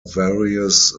various